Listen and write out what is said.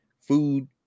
food